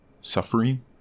suffering